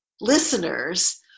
listeners